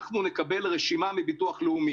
אנחנו נקבל רשימה מביטוח לאומי.